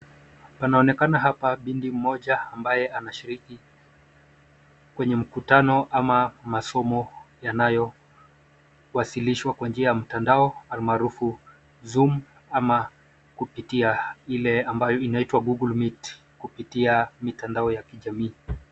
Panaonekana hapa binti mmoja ambaye anashiriki kwenye mkutano ama masomo yanayowasilishwa kwa njia ya mtandao almaarufu Zoom ama kupitia ile ambayo inaitwa Google Meet kupitia mitandao ya kijamii.